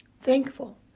Thankful